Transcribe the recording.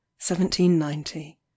1790